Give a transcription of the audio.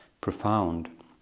profound